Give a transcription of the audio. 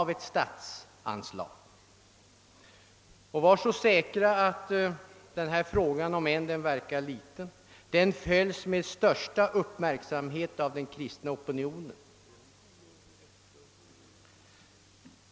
Var så säker att denna fråga — om än den verkar liten — med uppmärksam het följs av den kristna opinionen.